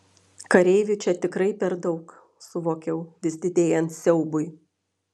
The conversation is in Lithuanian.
kareivių čia tikrai per daug suvokiau vis didėjant siaubui